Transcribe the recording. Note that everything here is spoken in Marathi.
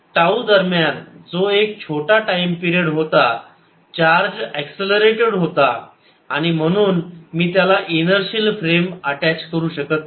टाऊ दरम्यान जो एक छोटा टाईम पिरेड होता चार्ज ऍक्ससलरेटेड होता आणि म्हणून मी त्याला इनर्शिअल फ्रेम अटॅच करू शकत नाही